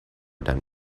than